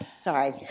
sorry.